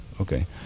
Okay